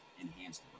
enhanced